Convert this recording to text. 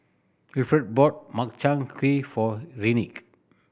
Wilfred bought Makchang Gui for Enrique